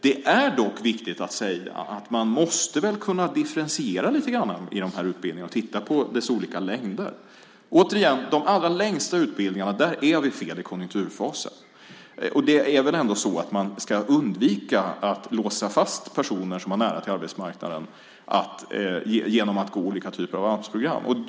Det är dock viktigt att säga att man måste kunna differentiera lite grann i de här utbildningarna och titta på deras olika längder. Vi är fel i konjunkturfasen när det gäller de allra längsta utbildningarna. Och man ska väl ändå undvika att låsa fast personer som har nära till arbetsmarknaden genom att de ska gå olika typer av Amsprogram.